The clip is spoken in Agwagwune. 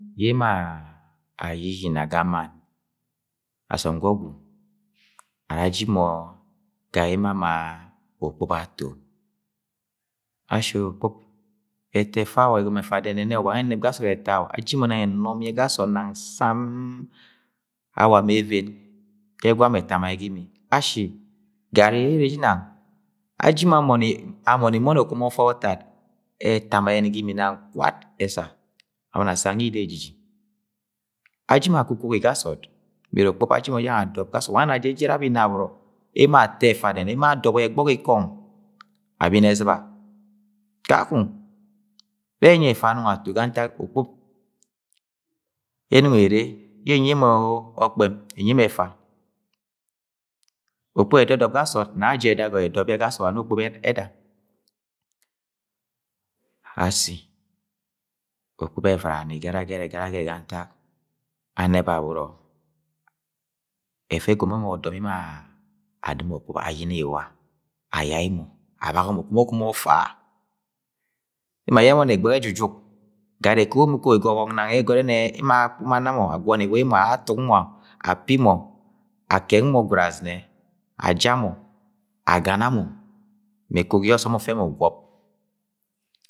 Yẹ emo ayiyina ga mann asọm ga ọgwu ara aji mọ ge yẹ emo ama okpup ato, ashi okpup eto efa o ẹgọmọ ẹfa dẹnẹnẹ-o wa nwẹ ẹnẹp yẹ ga sọọd ẹta aji mọ nang ẹnom yẹ ga sọọd nang sam-m-m awa ma even egwa etama yẹ ga imi ashi gari erre jinang aji mọ amọni amọni imọni okomo ọfa ọtad etama yeni ga imi nang kwat ẹsa abọni asang yida ejiji, ajimọ akokogi ga sọọd wa ngẹ ẹna jẹ ejere abẹ inabọrọ emo ato ẹfa dẹnẹnẹ emo adọbọ yẹ ẹgbọgi kọng abini ẹzɨba, kakọng bẹ ẹnya ẹfa anọng ato ga ntak okpup ẹnọng ere yẹ enyi emo ọkpẹm ẹnyi emo ẹfa. Okpup ẹnẹnẹp ga sọọd nẹ aji ẹdagoi ẹdọp yẹ ga sọọd wa nẹ okpup ẹda, ashi okpup evɨra ni gẹragẹrẹk-gẹragẹrẹk ga ntak anẹba abọrọ ẹfẹ ẹgọmọ emo odom yẹ emo-a-. ayina iwa ayai mọ, abaga mọ okom-komo ọfa emo ayẹnẹ mọ na egbeghe ejujuk gari ekogi emo ukogi ga ọbọk nang yẹ egọrẹ nẹ emo ana mọ agwọn iwa emo a atuk mo, agana mọ gwud azɨnẹ aja mọ, agana mọ mẹ ekogi yẹ ọsọm ufẹ mọ ugwọp.